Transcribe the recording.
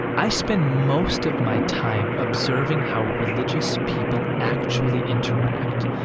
i spend most of my time observing how religious people actually interact.